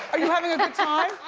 are you having a good time? i